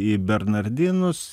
į bernardinus